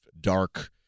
dark